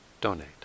donate